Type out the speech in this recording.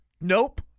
Nope